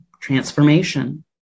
transformation